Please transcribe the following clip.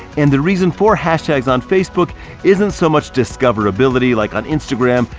and the reason for hashtags on facebook isn't so much discoverability like on instagram,